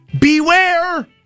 beware